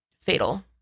fatal